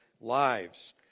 lives